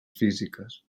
físiques